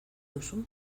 duzu